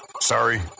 Sorry